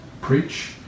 preach